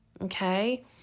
Okay